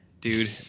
dude